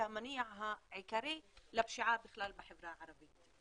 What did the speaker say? והמניע העיקרי לפשיעה בכלל בחברה הערבית.